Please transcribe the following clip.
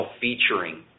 featuring